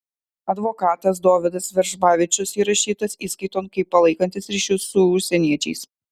advokatas dovydas veržbavičius įrašytas įskaiton kaip palaikantis ryšius su užsieniečiais